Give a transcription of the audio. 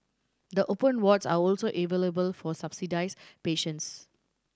the open wards are also available for subsidised patients